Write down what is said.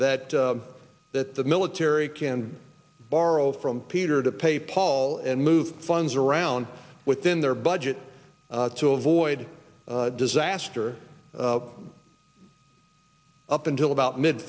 that that the military can borrow from peter to pay paul and move funds around within their budget to avoid disaster up until about mid